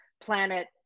planet